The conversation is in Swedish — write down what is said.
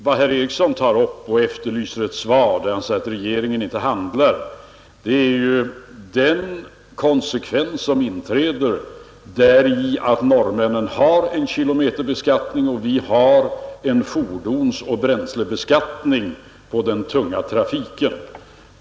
Vad herr Eriksson efterlyser ett svar på när han säger att regeringen inte handlar är den konsekvens som inträder genom att norrmännen har en kilometerbeskattning medan vi har en fordonsoch bränslebeskattning på den tunga trafiken.